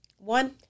One